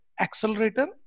Accelerator